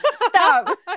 stop